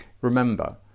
Remember